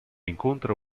incontra